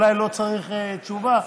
אולי לא צריך תשובה,